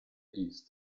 east